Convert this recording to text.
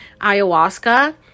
ayahuasca